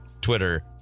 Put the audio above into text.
Twitter –